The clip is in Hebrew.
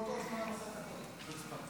לוועדת הפנים והגנת הסביבה נתקבלה.